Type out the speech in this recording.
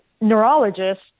neurologist